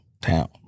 town